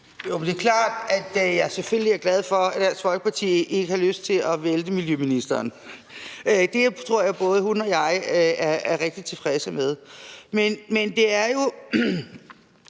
Det er klart, at jeg selvfølgelig er glad for, at Dansk Folkeparti ikke har lyst til at vælte miljøministeren. Det tror jeg både hun og jeg er rigtig tilfredse med. Som jeg husker